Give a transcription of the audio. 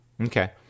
Okay